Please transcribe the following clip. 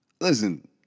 listen